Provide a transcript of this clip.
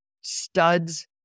studs